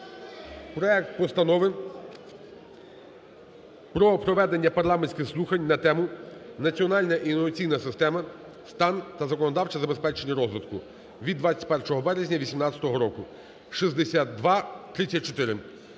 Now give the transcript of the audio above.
проект Постанови про проведення парламентських слухань на тему: "Національна інноваційна система: стан та законодавче забезпечення розвитку" (від 21 березня 2018 року) (6234).